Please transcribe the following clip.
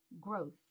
growth